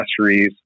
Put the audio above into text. accessories